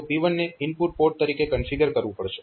તો P1 ને input port તરીકે કન્ફીગર કરવું પડશે